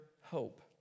hope